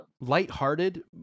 lighthearted